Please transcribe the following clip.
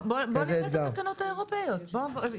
בואו נראה את התקנות האירופאיות, בואו.